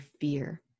fear